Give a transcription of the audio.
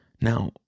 Now